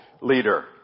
leader